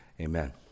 Amen